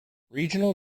regional